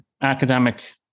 academic